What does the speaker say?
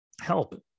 help